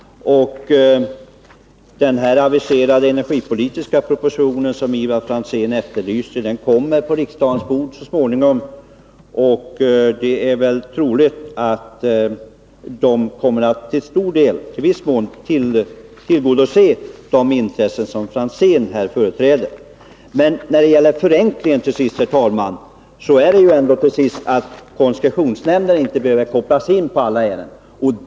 Den aviserade energipolitiska proposition som Ivar Franzén efterlyste kommer på riksdagens bord så småningom. Och det är väl troligt att den i viss mån kommer att tillgodose de intressen som Ivar Franzén här företräder. Till sist när det gäller förenkling: Koncessionsnämnden kommer ändå inte att behöva kopplas in på alla ärenden.